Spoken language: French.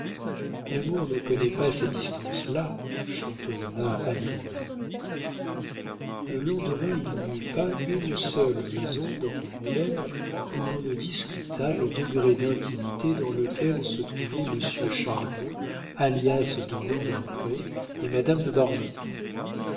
bargeton l'amour ne connaît pas ces distances là chanteronna adrien le lendemain il n'y eut pas une seule maison dans angoulême où l'on ne discutât le degré d'intimité dans lequel se trouvaient monsieur chardon alias de